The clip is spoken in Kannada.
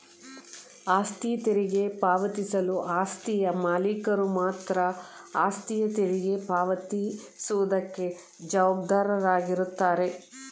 ಆಸ್ತಿ ತೆರಿಗೆ ಪಾವತಿಸಲು ಆಸ್ತಿಯ ಮಾಲೀಕರು ಮಾತ್ರ ಆಸ್ತಿಯ ತೆರಿಗೆ ಪಾವತಿ ಸುವುದಕ್ಕೆ ಜವಾಬ್ದಾರಾಗಿರುತ್ತಾರೆ